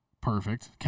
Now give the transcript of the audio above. Perfect